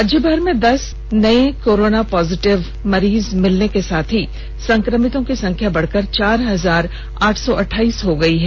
राज्यभर में आज दस नये कोरोना पॉजिटिव मरीज मिलने के साथ ही संक्रमितों की संख्या बढ़कर चार हजार आठ सौ अठ्ठाईस हो गयी है